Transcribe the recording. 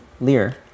Lear